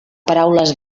paraules